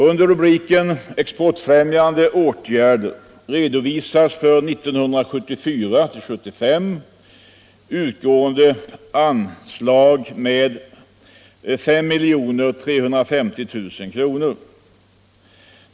Under rubriken Exportfrämjande åtgärder redovisas för 1974/75 utgående anslag med 5 350 000 kr.